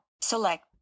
Select